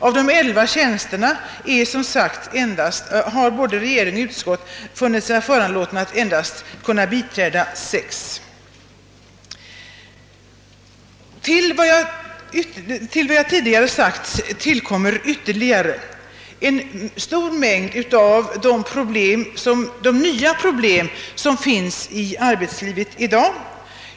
Av de elva tjänsterna har dessa funnit sig föranlåtna att biträda endast sex. Till vad jag tidigare sagt kommer ytterligare en stor mängd nya problem som finns i arbetslivet i dag.